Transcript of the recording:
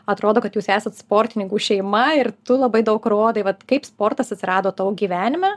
atrodo kad jūs esat sportininkų šeima ir tu labai daug rodai vat kaip sportas atsirado tavo gyvenime